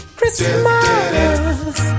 Christmas